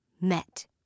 met